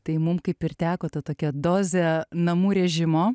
tai mum kaip ir teko ta tokia dozė namų režimo